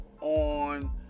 on